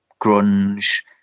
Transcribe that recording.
grunge